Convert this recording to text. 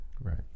Right